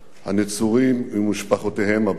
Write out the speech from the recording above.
הנצורים אל משפחותיהם הביתה.